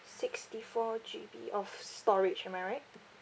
sixty four G_B of storage am I right